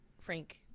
Frank